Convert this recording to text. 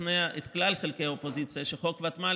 לשכנע את כלל חלקי האופוזיציה שאת חוק הוותמ"ל